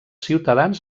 ciutadans